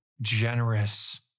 generous